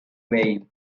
wayne